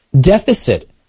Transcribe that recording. deficit